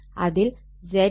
അതിൽ ZLRL j XL